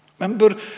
Remember